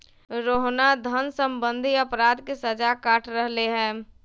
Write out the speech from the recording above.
रोहना धन सम्बंधी अपराध के सजा काट रहले है